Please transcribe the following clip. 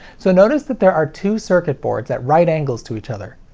so notice that there are two circuit boards at right angles to each other.